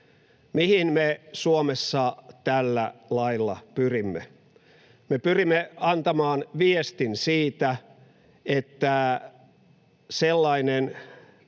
Mihin me Suomessa tällä lailla pyrimme? Me pyrimme antamaan viestin siitä, että sellainen